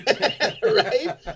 Right